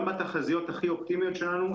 גם בתחזיות הכי אופטימיות שלנו,